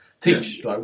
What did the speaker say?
teach